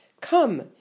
Come